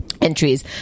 entries